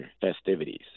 festivities